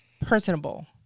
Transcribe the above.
personable